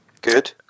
Good